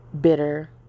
bitter